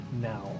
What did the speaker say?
now